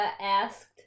asked